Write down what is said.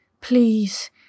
Please